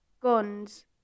guns